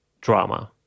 drama